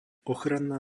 ochranná